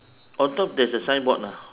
on top there is a signboard ah